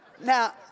Now